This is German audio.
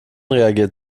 reagiert